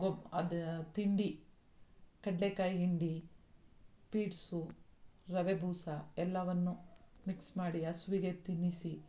ಗೊಬ್ ಅದು ತಿಂಡಿ ಕಡಲೆಕಾಯಿ ಹಿಂಡಿ ಪೀಡ್ಸು ರವೆ ಬೂಸ ಎಲ್ಲವನ್ನೂ ಮಿಕ್ಸ್ ಮಾಡಿ ಹಸ್ವಿಗೆ ತಿನ್ನಿಸಿ